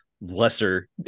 lesser